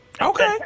Okay